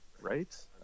right